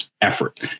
effort